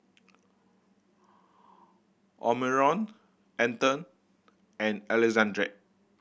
Omarion Aedan and Alexandria